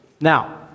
Now